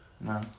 No